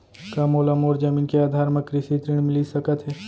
का मोला मोर जमीन के आधार म कृषि ऋण मिलिस सकत हे?